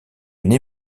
une